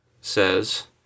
says